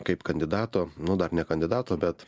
kaip kandidato nu dar ne kandidato bet